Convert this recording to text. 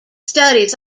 studies